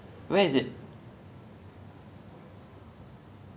that [one] that [one] also err choa chu kang street fifty one ya